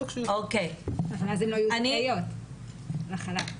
עו"ד שלומי מור ואחריו עו"ד אלעד גודינגר.